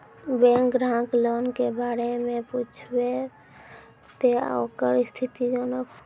Bank ग्राहक loan के बारे मैं पुछेब ते ओकर स्थिति जॉनब?